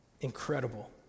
incredible